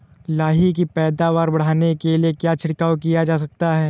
लाही की पैदावार बढ़ाने के लिए क्या छिड़काव किया जा सकता है?